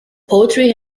poetry